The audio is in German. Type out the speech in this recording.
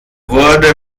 wurde